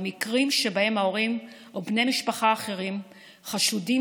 במקרים שבהם ההורים או בני משפחה אחרים חשודים